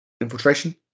infiltration